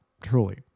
truly